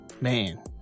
Man